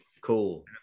Cool